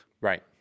Right